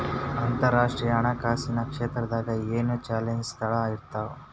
ಅಂತರರಾಷ್ಟ್ರೇಯ ಹಣಕಾಸಿನ್ ಕ್ಷೇತ್ರದಾಗ ಏನೇನ್ ಚಾಲೆಂಜಸ್ಗಳ ಇರ್ತಾವ